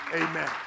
Amen